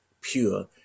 pure